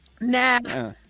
nah